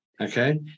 Okay